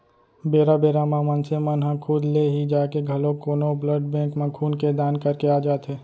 बेरा बेरा म मनसे मन ह खुद ले ही जाके घलोक कोनो ब्लड बेंक म खून के दान करके आ जाथे